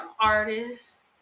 artists